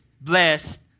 blessed